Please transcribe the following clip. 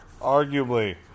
Arguably